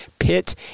Pitt